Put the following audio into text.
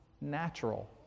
natural